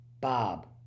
Bob